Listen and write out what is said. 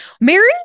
Mary